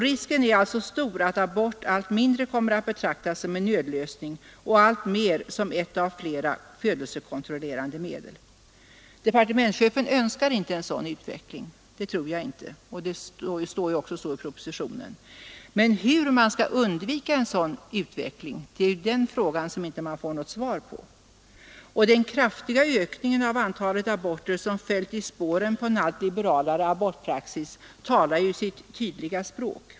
Risken är alltså stor att abort allt mindre kommer att betraktas som en nödlösning och alltmer som ett av flera födelsekontrollerande medel. Departementschefen önskar inte en sådan utveckling, det tror jag inte, och det står också i propositionen. Men hur man skall undvika en sådan utveckling är en fråga som vi inte får något svar på. Den kraftiga ökning av antalet aborter som följt i spåren på en liberal praxis talar ju sitt tydliga språk.